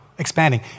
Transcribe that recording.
expanding